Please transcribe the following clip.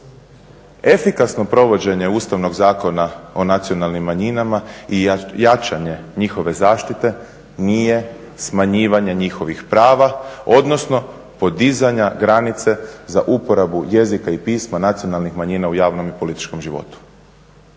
Efikasno provođenje Ustavnog zakona o Nacionalnim manjinama i jačanje njihove zaštite nije smanjivanje njihovih prava, odnosno podizanja granice za uporabu jezika i pisma Nacionalnih manjina u javnom i političkom životu.